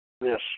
Yes